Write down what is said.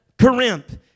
Corinth